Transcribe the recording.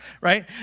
right